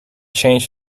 changed